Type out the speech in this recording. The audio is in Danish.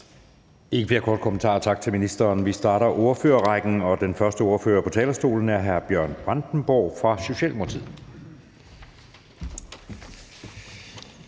flere korte bemærkninger. Tak til ministeren. Vi starter ordførerrækken, og den første ordfører på talerstolen er hr. Bjørn Brandenborg fra Socialdemokratiet.